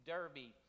Derby